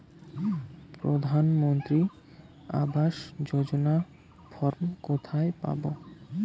প্রধান মন্ত্রী আবাস যোজনার ফর্ম কোথায় পাব?